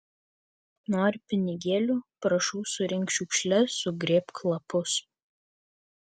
nori pinigėlių prašau surink šiukšles sugrėbk lapus